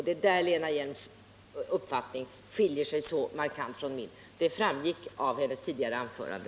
Det är där Lena Hjelm-Walléns uppfattning skiljer sig så markant från min. Det framgick dessutom av hennes tidigare anförande.